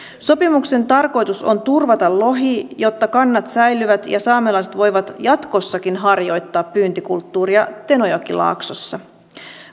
sopimuksen tarkoitus on turvata lohi jotta kannat säilyvät ja saamelaiset voivat jatkossakin harjoittaa pyyntikulttuuria tenojokilaaksossa